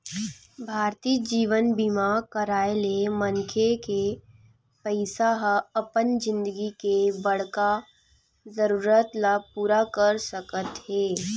भारतीय जीवन बीमा कराय ले मनखे के पइसा ह अपन जिनगी के बड़का जरूरत ल पूरा कर सकत हे